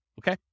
okay